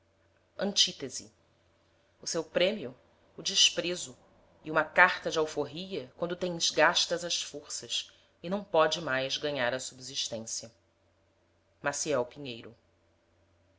o seu prêmio o desprezo e uma carta de alforria quando tens gastas as forças e não pode mais ganhar a subsistência maciel pinheiro